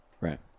Right